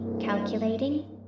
calculating